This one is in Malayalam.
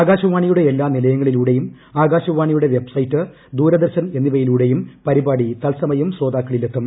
ആകാശവാണിയുടെ എല്ലാ നിലയങ്ങളിലൂടെയും ആകാശവാണിയുടെ വെബ്സൈറ്റ് ദൂരദർശൻ എന്നിവയിലൂടെയും പരിപാടി തൽസമയം ശ്രോതാക്കളിലെത്തും